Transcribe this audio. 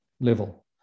level